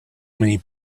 many